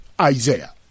Isaiah